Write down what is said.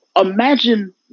imagine